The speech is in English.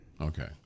Okay